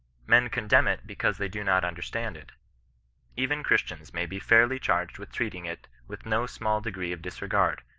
men condemn it because they do not understand it even christians may be fairly charged with treating it with no small degree of disre gard,